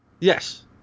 yes